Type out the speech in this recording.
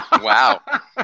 wow